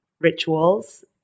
rituals